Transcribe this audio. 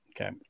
Okay